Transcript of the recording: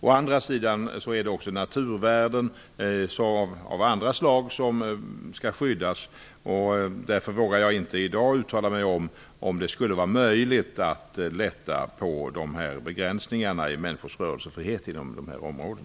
Å andra sidan är det också naturvärden av andra slag som skall skyddas. Därför vågar jag inte i dag uttala mig om ifall det skulle vara möjligt att lätta på begränsningarna i människors rörelsefrihet inom dessa områden.